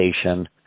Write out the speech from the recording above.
station